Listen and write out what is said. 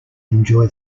enjoy